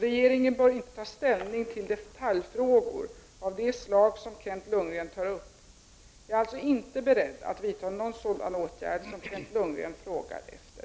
Regeringen bör inte ta ställning till detaljfrågor av det slag som Kent Lundgren tar upp. Jag är alltså inte beredd att vidta någon sådan åtgärd som Kent Lundgren frågar efter.